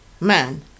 man